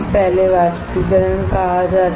पहले वाष्पीकरण कहा जाता है